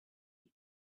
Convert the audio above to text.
seat